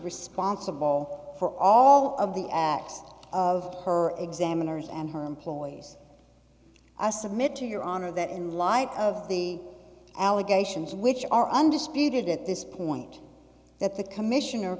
responsible for all of the acts of her examiners and herm ploys i submit to your honor that in light of the allegations which are undisputed at this point that the commissioner